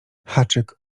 haczyk